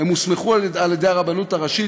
הם הוסמכו על-ידי הרבנות הראשית,